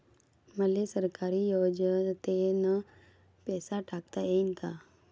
मले सरकारी योजतेन पैसा टाकता येईन काय?